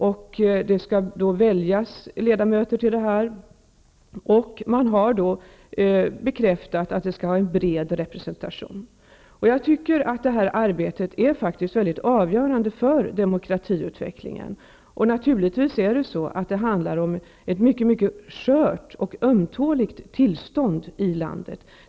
Ledamöter skall väljas till detta råd, och det har kommit bekräftelser på att där skall vara en bred representation. Jag tycker att det här arbetet är avgörande för utvecklingen av demokratin. Naturligtvis handlar det om ett mycket skört och ömtåligt tillstånd i landet.